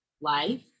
life